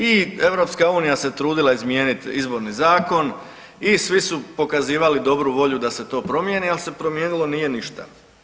I EU se trudila izmijeniti izborni zakon i svi su pokazivali dobru volju da se to promijeni, ali se promijenilo nije ništa.